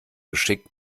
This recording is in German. geschick